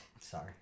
Sorry